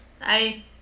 Bye